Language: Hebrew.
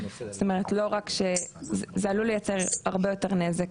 זאת אומרת זה עלול לייצר הרבה יותר נזק